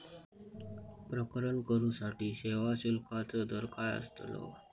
प्रकरण करूसाठी सेवा शुल्काचो दर काय अस्तलो?